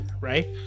right